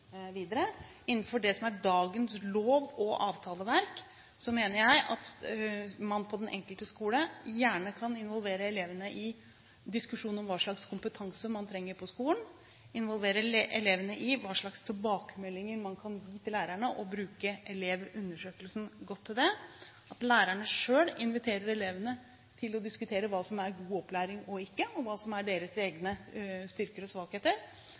innenfor det som er dagens lov- og avtaleverk. Så mener jeg at man på den enkelte skole gjerne kan involvere elevene i diskusjon om hva slags kompetanse man trenger på skolen, involvere elevene i hva slags tilbakemeldinger man kan gi til lærerne og bruke elevundersøkelsen godt til det, at lærerne selv inviterer elevene til å diskutere hva som er god opplæring og ikke, og hva som er deres egne styrker og svakheter,